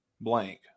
blank